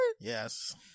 Yes